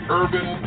urban